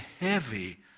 heavy